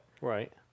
Right